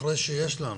אחרי שיש לנו